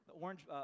orange